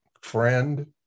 friend